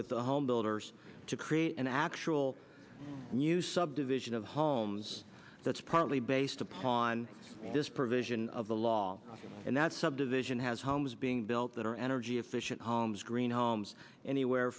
with the home builders to create an actual new subdivision of homes that's partly based upon this provision of the law and that subdivision has homes being built that are energy efficient homes green homes anywhere